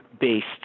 based